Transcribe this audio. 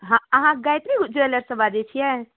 हँ अहाँ गायत्री ज्वेलर्ससँ बाजै छिए